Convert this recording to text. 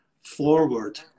forward